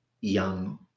young